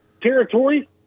territory